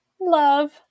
Love